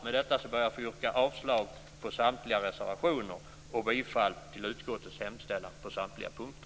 Med detta ber jag att få yrka avslag till samtliga reservationer och bifall till utskottets hemställan på samtliga punkter.